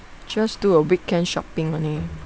just do a weekend shopping only